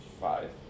five